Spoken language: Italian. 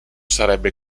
sarebbe